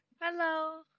Hello